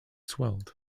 swelled